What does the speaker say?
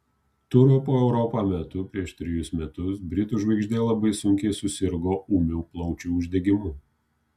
turo po europą metu prieš trejus metus britų žvaigždė labai sunkiai susirgo ūmiu plaučių uždegimu